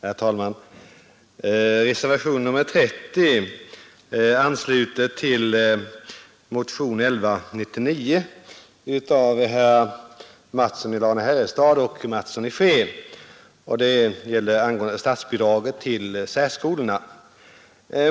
Herr talman! Reservationen 30 ansluter till motionen 1199 av herrar Mattsson i Lane-Herrestad och Mattsson i Skee — det gäller statsbidraget till särskolorna.